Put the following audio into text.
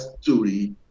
story